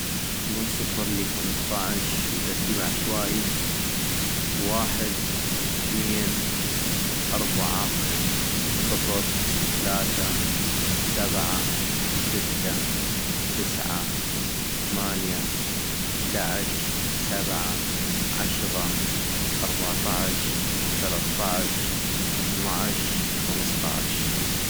من صفر لي خمصطعش وترتيب عشوائي ، واحد ثنين اربعة صفر ثلاثة سبعة ستة تسعة ثمانية ايدعش سبعة عشغة ارباطعش ثلطعش ثنعش خمصطعش